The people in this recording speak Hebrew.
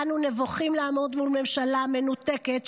אנו נבוכים לעמוד מול ממשלה מנותקת,